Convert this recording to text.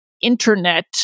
internet